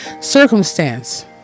circumstance